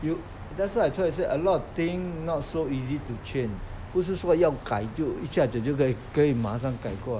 you that's why I'm trying to say a lot of thing not so easy to change 不是说要改就一下子就可以可以马上改过